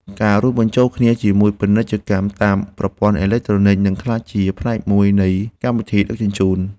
ការរួមបញ្ចូលគ្នាជាមួយពាណិជ្ជកម្មតាមប្រព័ន្ធអេឡិចត្រូនិច នឹងក្លាយជាផ្នែកមួយនៃកម្មវិធីដឹកជញ្ជូន។